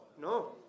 No